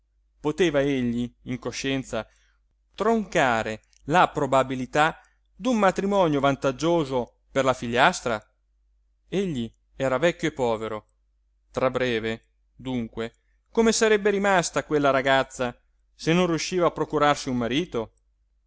poteva egli in coscienza troncare la probabilità d'un matrimonio vantaggioso per la figliastra egli era vecchio e povero tra breve dunque come sarebbe rimasta quella ragazza se non riusciva a procurarsi un marito